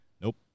nope